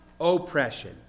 oppression